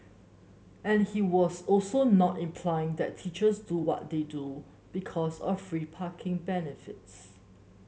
and he was also not implying that teachers do what they do because of free parking benefits